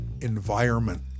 environment